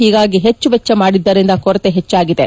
ಹೀಗಾಗಿ ಹೆಚ್ಚು ವೆಚ್ಚ ಮಾಡಿದ್ದರಿಂದ ಕೊರತೆ ಹೆಚ್ಚಾಗಿದೆ